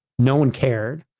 no one cared.